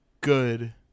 good